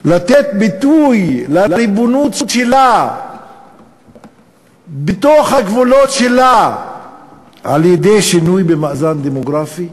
לתת ביטוי לריבונות שלה בתוך הגבולות שלה על-ידי שינוי במאזן דמוגרפי?